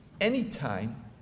Anytime